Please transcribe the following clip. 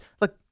look